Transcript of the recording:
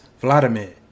Vladimir